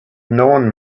known